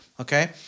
Okay